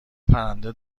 پرنده